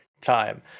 time